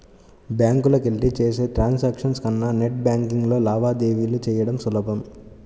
బ్యాంకులకెళ్ళి చేసే ట్రాన్సాక్షన్స్ కన్నా నెట్ బ్యేన్కింగ్లో లావాదేవీలు చెయ్యడం సులభం